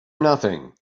nothing